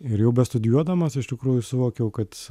ir jau bestudijuodamas iš tikrųjų suvokiau kad